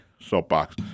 soapbox